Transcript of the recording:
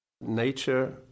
Nature